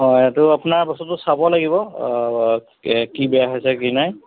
অঁ এইটো আপোনাৰ বস্তুটো চাব লাগিব কি বেয়া হৈছে কি নাই